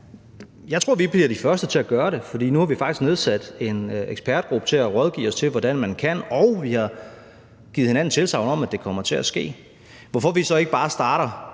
Jeg tror, vi bliver de første til at gøre det, for nu har vi faktisk nedsat en ekspertgruppe til at rådgive os om, hvordan man kan gøre det, og vi har givet hinanden tilsagn om, at det kommer til at ske. Grunden til, at vi så ikke bare starter